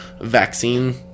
vaccine